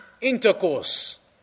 intercourse